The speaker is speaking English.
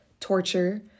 torture